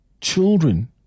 children